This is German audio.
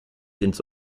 ins